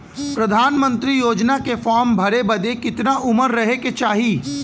प्रधानमंत्री योजना के फॉर्म भरे बदे कितना उमर रहे के चाही?